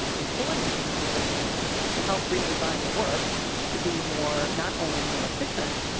ah employees in the division to help redesign the work to be more not only more efficient.